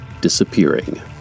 disappearing